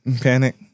Panic